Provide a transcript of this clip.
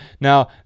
Now